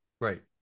Right